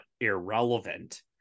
irrelevant